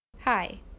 Hi